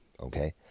okay